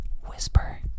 whisper